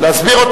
לא להסיר.